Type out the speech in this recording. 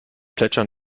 plätschern